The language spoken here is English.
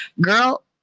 girl